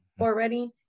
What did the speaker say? already